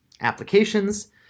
applications